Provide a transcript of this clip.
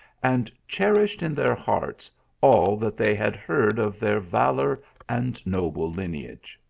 and cherished in their hearts all that they had heard of their valour and noble lineage.